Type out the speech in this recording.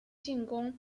进攻